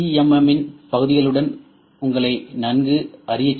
M இன் பகுதிகளுடன் உங்களை நன்கு அறியச் செய்வது